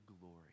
glory